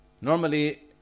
Normally